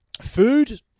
Food